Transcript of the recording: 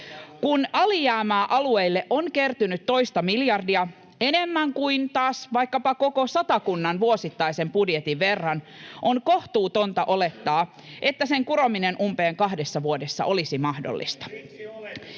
Kun alijäämää alueille on kertynyt toista miljardia — enemmän kuin taas vaikkapa koko Satakunnan vuosittaisen budjetin verran — on kohtuutonta olettaa, että sen kurominen umpeen kahdessa vuodessa olisi mahdollista.